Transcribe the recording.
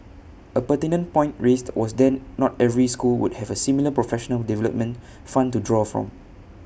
A pertinent point raised was then not every school would have A similar professional development fund to draw from